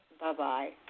Bye-bye